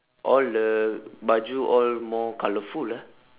all the baju all more colourful ah